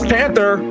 Panther